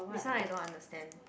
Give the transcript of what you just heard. this one I don't understand